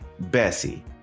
Bessie